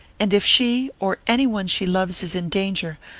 and if she, or any one she loves, is in danger,